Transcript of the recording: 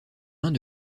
mains